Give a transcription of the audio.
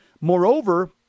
Moreover